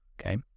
okay